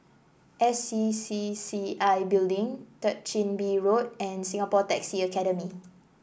S C C C I Building Third Chin Bee Road and Singapore Taxi Academy